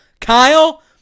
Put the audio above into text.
Kyle